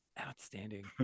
outstanding